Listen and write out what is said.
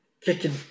kicking